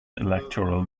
electoral